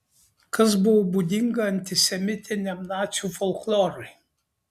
kas buvo būdinga antisemitiniam nacių folklorui